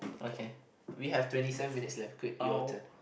okay we have twenty seven minutes left quick your turn